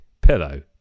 pillow